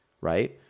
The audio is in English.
right